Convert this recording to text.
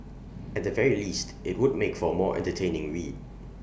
at the very least IT would make for more entertaining read